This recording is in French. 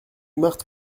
marthe